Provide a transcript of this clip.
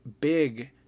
Big